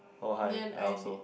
oh hi I also